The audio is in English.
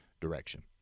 direction